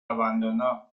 abandonó